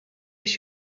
биш